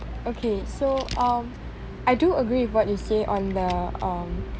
okay so um I do agree with what you say on the um